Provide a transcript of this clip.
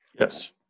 Yes